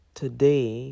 today